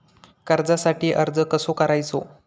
कर्जासाठी अर्ज कसो करायचो?